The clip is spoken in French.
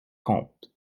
comte